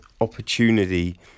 Opportunity